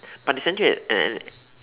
but they sent you at ten eh